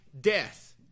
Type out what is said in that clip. death